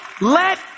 let